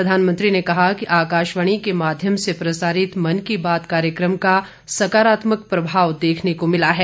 प्रधानमंत्री ने कहा कि आकाशवाणी के माध्यम से प्रसारित मन की बात कार्यक्रम का सकारात्मक प्रभाव देखने को मिला है